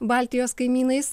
baltijos kaimynais